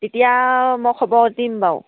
তেতিয়া আৰু মই খবৰ দিম বাৰু